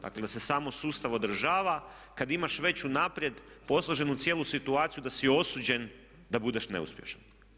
Dakle, da se samo sustav održava kad imaš već unaprijed posloženu cijelu situaciju da si osuđen da budeš neuspješan.